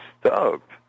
stoked